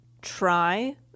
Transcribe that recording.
try